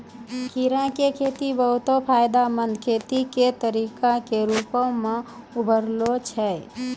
कीड़ा के खेती बहुते फायदामंद खेती के तरिका के रुपो मे उभरलो छै